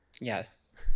Yes